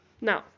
Now